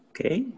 Okay